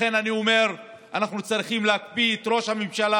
לכן אני אומר: אנחנו צריכים להקפיא את ראש הממשלה